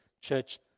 Church